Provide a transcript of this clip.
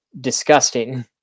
disgusting